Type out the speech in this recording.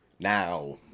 Now